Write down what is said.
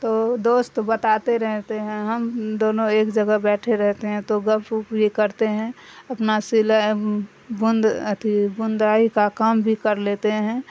تو دوست بتاتے رہتے ہیں ہم دونوں ایک جگہ بیٹھے رہتے ہیں تو گپ وپ یہ کرتے ہیں اپنا سل بند اھی بندائی کا کام بھی کر لیتے ہیں